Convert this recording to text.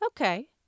Okay